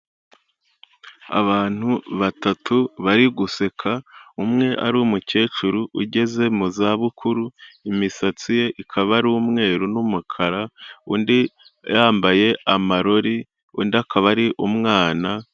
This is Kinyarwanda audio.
Abantu batatu bari guseka, umwe ari umukecuru ugeze mu za bukuru, imisatsi ye ikaba ari umweru n'umukara, undi yambaye amarori, undi akaba ari umwana.